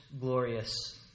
glorious